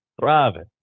thriving